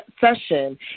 session